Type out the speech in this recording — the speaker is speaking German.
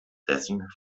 dessen